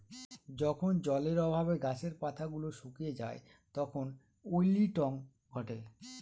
যখন জলের অভাবে গাছের পাতা গুলো শুকিয়ে যায় তখন উইল্টিং ঘটে